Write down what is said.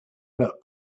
pet